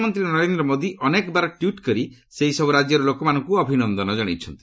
ପ୍ରଧାନମନ୍ତ୍ରୀ ନରେନ୍ଦ୍ର ମୋଦି ଅନେକବାର ଟ୍ୱିଟ୍ କରି ସେହି ସବୁ ରାଜ୍ୟର ଲୋକମାନଙ୍କୁ ଅଭିନନ୍ଦନ ଜଣାଇଛନ୍ତି